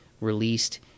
released